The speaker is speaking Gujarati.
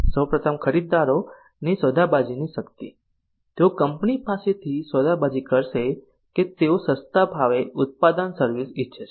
સૌપ્રથમ ખરીદદારોની સોદાબાજીની શક્તિ તેઓ કંપની પાસેથી સોદાબાજી કરશે કે તેઓ સસ્તા ભાવે ઉત્પાદન સર્વિસ ઇચ્છે છે